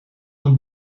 een